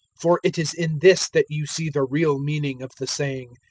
for it is in this that you see the real meaning of the saying,